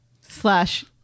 slash